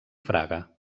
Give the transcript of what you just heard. fraga